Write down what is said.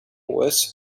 worse